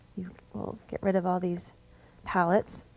we'll get rid of all these palettes.